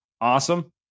awesome